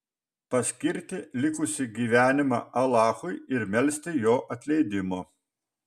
paskirti likusį gyvenimą alachui ir melsti jo atleidimo